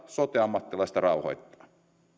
sote ammattilaista rauhoittaa